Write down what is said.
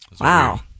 Wow